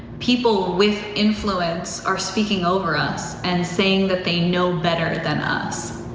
people with influence are speaking over us and saying that they know better than us.